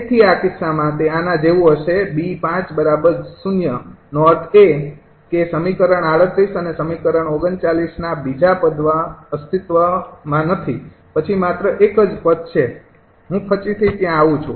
તેથી આ કિસ્સામાં તે આના જેવું હશે 𝐵૫0 નો અર્થ એ છે કે સમીકરણ ૩૮ અને ૩૯ના બીજા પદમાં અસ્તિત્વમાં નથી પછી માત્ર એક જ પદ છે હું પછીથી આવું છું